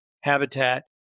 habitat